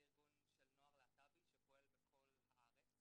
ארגון נוער גאה זה ארגון של נוער להט"בי שפועל בכל הארץ.